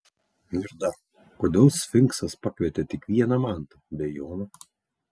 ir dar kodėl sfinksas pakvietė tik vieną mantą be jono